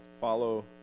follow